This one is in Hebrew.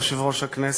יושב-ראש הכנסת,